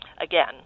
again